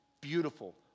beautiful